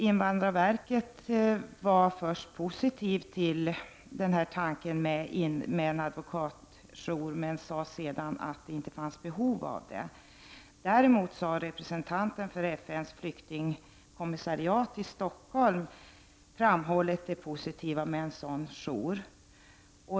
Invandrarverket var först positivt till tanken på en advokatjour men sade sedan att det inte fanns behov av en sådan. Däremot har representanten för FN:s flyktingkommissariat i Stockholm framhållit det positiva i en sådan jour.